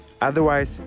otherwise